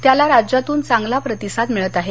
त्याला राज्यातून चांगला प्रतिसाद मिळत आहे